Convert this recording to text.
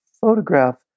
photograph